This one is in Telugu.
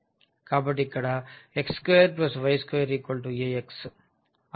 కాబట్టి ఇక్కడ x2y2 ax అనేది x యొక్క వర్గం